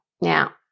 Now